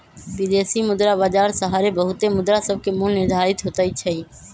विदेशी मुद्रा बाजार सहारे बहुते मुद्रासभके मोल निर्धारित होतइ छइ